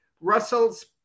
Russell's